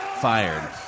fired